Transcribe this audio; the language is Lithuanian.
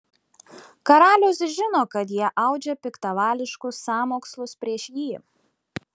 karalius žino kad jie audžia piktavališkus sąmokslus prieš jį